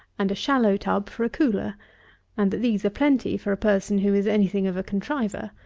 and a shallow tub for a cooler and that these are plenty for a person who is any thing of a contriver.